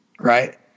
right